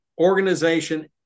organization